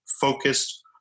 focused